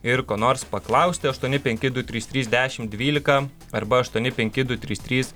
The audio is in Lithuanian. ir ko nors paklausti aštuoni penki du trys trys dešim dvylika arba aštuoni penki du trys trys